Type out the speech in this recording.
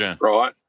right